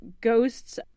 ghosts